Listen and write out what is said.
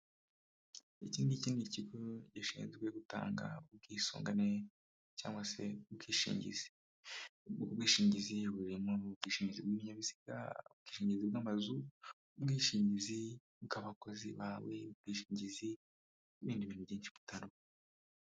Iki ni ikindi kigo gishinzwe gutanga ubwisungane cyagwa se ubwishingizi, ubwishingizi burimo ubwishingizi bw'ibinyabiziga, ubwishingizi bw'amazu, ubwishingizi bw'abakozi bawe, ubwishingizi nibindi bintu byinshi bitandukanye.